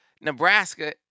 Nebraska